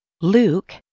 Luke